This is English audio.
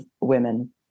women